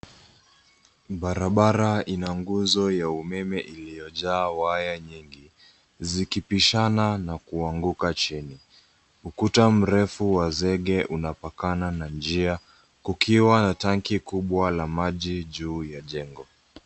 Barabara ina nguzo ya umeme iliyojaa waya nyingi, zikipishana na kuanguka chini. Ukuta mrefu wa zege unapakana na njia, kukiwa na tanki kubwa la maji juu ya jengo.